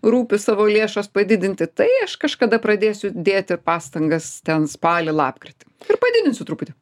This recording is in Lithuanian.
rūpi savo lėšas padidinti tai aš kažkada pradėsiu dėti pastangas ten spalį lapkritį ir padidinsiu truputį